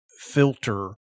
filter